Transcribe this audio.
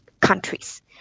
countries